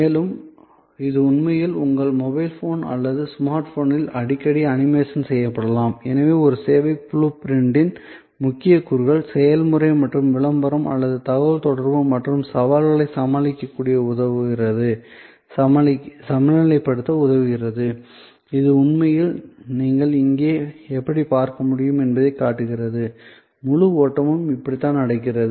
மேலும் இது உண்மையில் உங்கள் மொபைல் போன் அல்லது ஸ்மார்ட் போனில் அடிக்கடி அனிமேஷன் செய்யப்படலாம் எனவே ஒரு சேவை ப்ளூ பிரிண்டின் முக்கிய கூறுகள் செயல்முறை மற்றும் விளம்பரம் அல்லது தகவல்தொடர்பு மற்றும் சவால்களை சமநிலைப்படுத்த உதவுகிறது இது உண்மையில் நீங்கள் இங்கே எப்படி பார்க்க முடியும் என்பதை காட்டுகிறது முழு ஓட்டமும் இப்படித்தான் நடக்கிறது